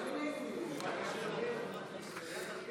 הכי חשוכה של הכנסת.